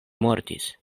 mortis